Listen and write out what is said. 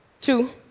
Two